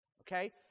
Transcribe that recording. Okay